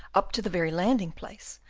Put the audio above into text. up to the very landing-place,